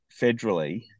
federally